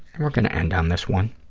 and we're going to end on this one.